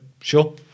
sure